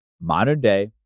modern-day